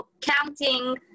counting